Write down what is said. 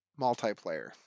multiplayer